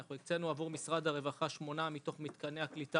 אנחנו הקצנו עבור משרד הרווחה שמונה מתוך מתקני הקליטה